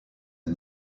est